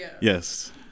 yes